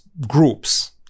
groups